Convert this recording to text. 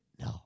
No